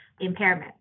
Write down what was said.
impairment